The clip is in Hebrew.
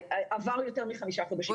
ועברו יותר מחמישה חודשים מאז החיסון.